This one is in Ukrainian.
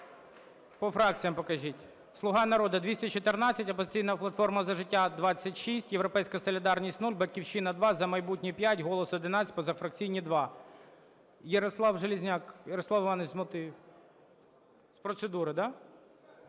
По фракціям покажіть. "Слуга народу" – 214, "Опозиційна платформа - За життя" – 26, "Європейська солідарність" – 0, "Батьківщина" – 2, "За майбутнє" – 5, "Голос" – 11, позафракційні – 2. Ярослав Железняк. Ярослав Іванович з мотивів. З процедури, да?